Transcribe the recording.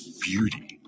beauty